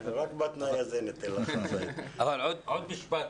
עוד משפט,